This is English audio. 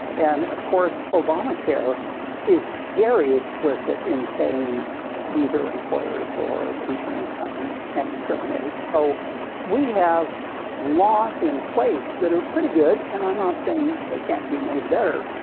and of course, obamacare is very explicit in saying neither employers or insurance companies can discriminate, so we have laws in place that are pretty good, and i'm not saying they can't be made better,